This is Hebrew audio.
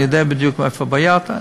אני יודע בדיוק מאיפה הבעיות,